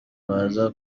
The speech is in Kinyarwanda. baza